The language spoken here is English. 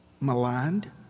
maligned